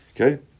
okay